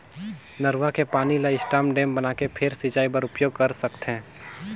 नरूवा के पानी ल स्टॉप डेम बनाके फेर सिंचई बर उपयोग कर सकथे